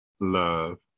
love